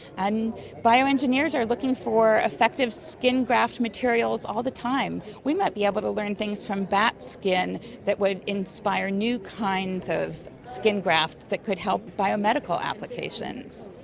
and bioengineers are looking for effective skin graft materials all the time. we might be able to learn things from bat skin that would inspire new kinds of skin grafts that could help biomedical applications.